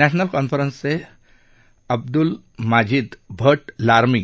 national कॉन्फरन्सचे ते Abdul Majid Bhat Laramie